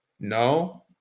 No